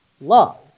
love